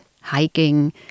hiking